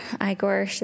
Igor